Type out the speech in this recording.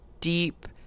deep